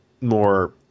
more